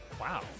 Wow